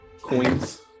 coins